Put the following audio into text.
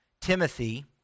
Timothy